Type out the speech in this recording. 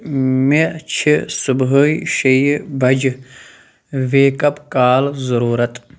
مےٚ چھِ صُبحٲے شیٚیہِ بجہِ ویٚک اَپ کال ضروٗرت